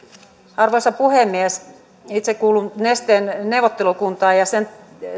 arvoisa puhemies itse kuulun nesteen neuvottelukuntaan ja sen